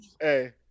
Hey